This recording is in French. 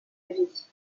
vie